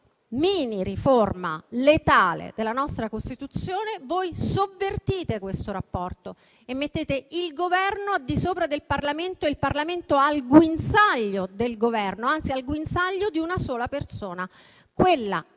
mini riforma letale della nostra Costituzione voi sovvertite questo rapporto e mettete il Governo al di sopra del Parlamento e il Parlamento al guinzaglio del Governo, anzi al guinzaglio di una sola persona, quella